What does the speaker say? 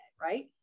right